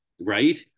Right